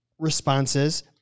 Responses